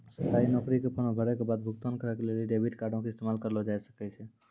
सरकारी नौकरी के फार्म भरै के बाद भुगतान करै के लेली डेबिट कार्डो के इस्तेमाल करलो जाय सकै छै